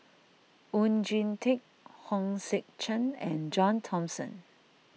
Oon Jin Teik Hong Sek Chern and John Thomson